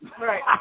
Right